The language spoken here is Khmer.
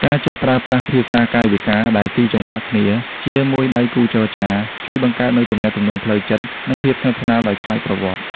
ការចេះប្រើប្រាស់ "ភាសាកាយវិការដែលស៊ីចង្វាក់គ្នា" ជាមួយដៃគូចរចា ជួយបង្កើតនូវទំនាក់ទំនងផ្លូវចិត្ត និងភាពស្និទ្ធស្នាលដោយស្វ័យប្រវត្តិ។